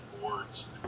boards